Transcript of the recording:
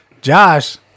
Josh